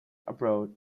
abroad